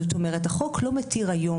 זאת אומרת החוק לא מתיר היום,